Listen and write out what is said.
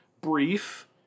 brief